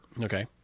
okay